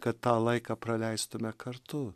kad tą laiką praleistume kartu